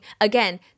again